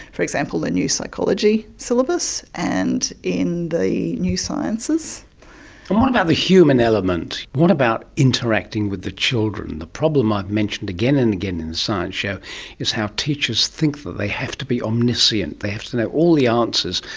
for example, the new psychology syllabus and in the new sciences. and what about the human element? what about interacting with the children? the problem i've mentioned again and again in the science show is how teachers think that they have to be omniscient, they have to know all the answers,